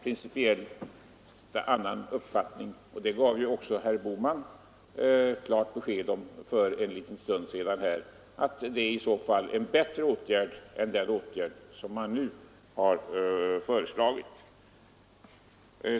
Vi har ingalunda någon ny uppfattning, och herr Bohman gav ———— också för en stund sedan klart besked om att ett borttagande av momsen = Finansdebatt på livsmedel är en bättre åtgärd än den som nu föreslås.